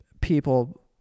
people